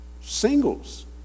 Singles